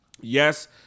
Yes